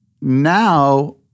now